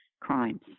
crimes